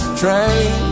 train